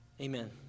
amen